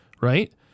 right